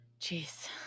Jeez